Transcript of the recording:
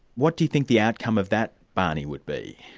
what do you think the outcome of that barney would be?